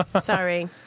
Sorry